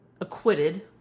acquitted